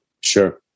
Sure